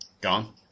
Gone